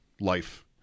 life